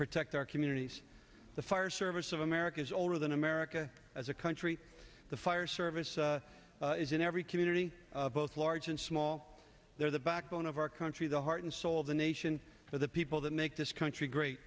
protect our communities the fire service of america is older than america as a country the fire service is in every community both large and small they are the backbone of our country the heart and soul of the nation for the people that make this country great